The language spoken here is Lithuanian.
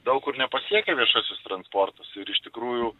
daug kur nepasiekia viešasis transportas ir iš tikrųjų